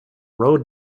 road